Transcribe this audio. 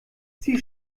sie